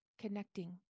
connecting